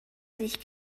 sich